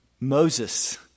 Moses